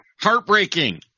heartbreaking